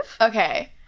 Okay